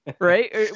right